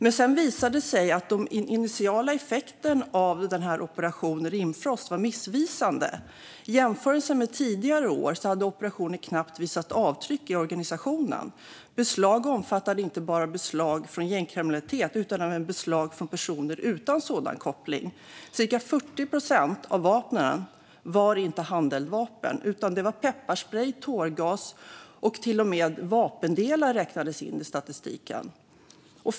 Men sedan visade det sig att den initiala effekten av Operation Rimfrost var missvisande. I jämförelse med tidigare år hade operationen knappt visat avtryck i organisationen. Beslagen omfattade inte bara beslag från gängkriminalitet utan även beslag från personer utan sådan koppling. Cirka 40 procent av vapnen var inte handeldvapen, utan det var pepparsprej, tårgas och till och med vapendelar som räknades in i statistiken.